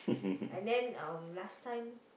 and then um last time